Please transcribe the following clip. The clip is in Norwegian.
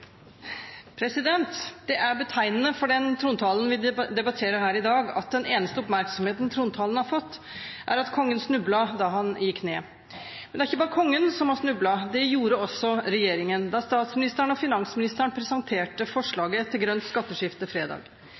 betegnende for den trontalen vi debatterer her i dag, at den eneste oppmerksomheten trontalen har fått, er at kongen snublet da han gikk ned. Men det er ikke bare kongen som har snublet. Det gjorde også regjeringen, da statsministeren og finansministeren presenterte forslaget til grønt skatteskifte på fredag.